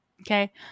Okay